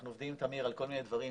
אנחנו עובדים עם תמיר על כל מיני דברים,